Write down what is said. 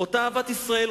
אותה אהבת ישראל,